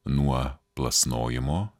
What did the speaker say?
nuo plasnojimo